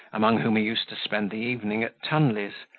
among whom he used to spend the evening at tunley's,